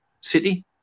city